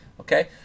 Okay